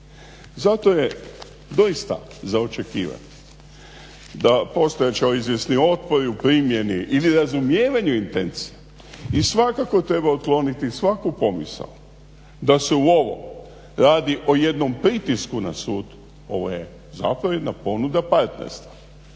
Zato je doista za očekivati da postojeći izvjesni otpori u primjeni ili razumijevanju intencije i svakako treba otkloniti svaku pomisao da se u ovom radi o jednom pritisku na sud, ovo je zapovjedna ponuda partnerstva,